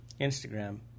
Instagram